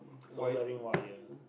soldering wire